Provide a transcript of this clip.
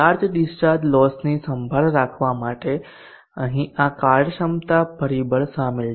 charge discharge લોસની સંભાળ રાખવા માટે અહીં આ કાર્યક્ષમતા પરિબળ શામેલ છે